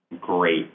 great